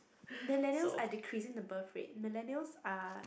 millennials are decreasing the birth rate millennials are